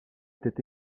était